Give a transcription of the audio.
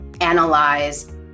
analyze